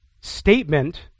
statement